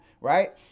Right